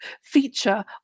feature